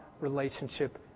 relationship